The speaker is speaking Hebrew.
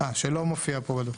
שלא מופיעה פה, בדו"ח?